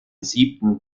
siebten